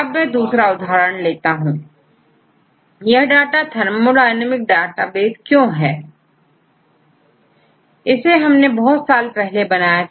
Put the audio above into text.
अब मैं दूसरा उदाहरण देता हूं कि यह डेटाबेस थर्मोडायनेमिक डाटाबेस क्यों है इससे हमने बहुत सालों पहले बनाया था